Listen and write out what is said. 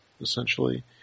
essentially